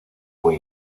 fue